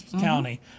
county